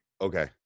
Okay